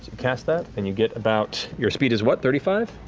cast that, and you get about, your speed is what, thirty five,